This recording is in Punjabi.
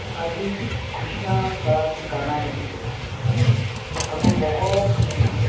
ਸਾਡੀ ਖੁਸ਼ੀਆਂ ਦਾ ਠਿਕਾਣਾ ਨਹੀਂ ਰਿਹਾ ਸਾਨੂੰ ਬਹੁਤ ਖੁਸ਼ੀਆ ਹ